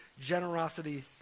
Generosity